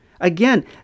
Again